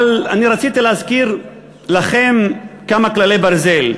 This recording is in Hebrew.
אבל אני רציתי להזכיר לכם כמה כללי ברזל.